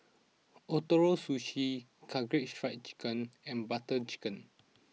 Ootoro Sushi Karaage Fried Chicken and Butter Chicken